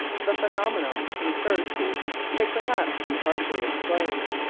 the phenomenon referred to may perhaps be partially explained.